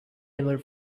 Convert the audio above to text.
ever